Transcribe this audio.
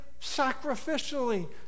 sacrificially